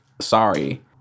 sorry